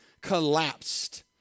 collapsed